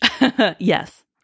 Yes